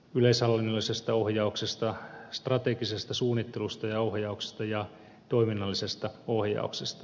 yleishallinnollisesta ohjauksesta strategisesta suunnittelusta ja ohjauksesta ja toiminnallisesta ohjauksesta